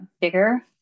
bigger